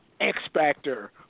X-Factor